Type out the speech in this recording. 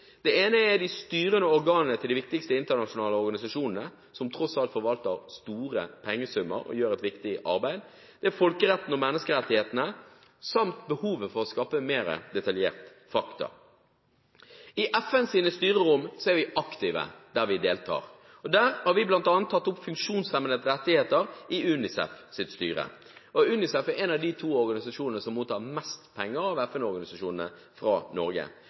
Det ene er de styrende organene til de viktigste internasjonale organisasjonene, som tross alt forvalter store pengesummer og gjør et viktig arbeid. Det er folkeretten og menneskerettighetene, samt behovet for å skape mer detaljert fakta. I FNs styrerom er vi aktive der vi deltar. Vi har bl.a. tatt opp funksjonshemmedes rettigheter i UNICEFs styre. UNICEF er en av disse to FN-organisasjonene som mottar mest penger fra Norge.